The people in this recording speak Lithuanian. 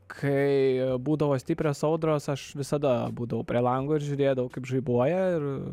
kai būdavo stiprios audros aš visada būdavau prie lango ir žiūrėdavau kaip žaibuoja ir